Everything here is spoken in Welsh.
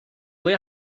ble